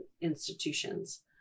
institutions